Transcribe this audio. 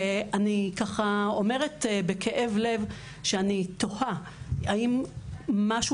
ואני ככה אומרת בכאב לב שאני תוהה אם משהו